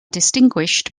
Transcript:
distinguished